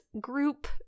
group